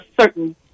certain